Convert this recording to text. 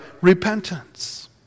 repentance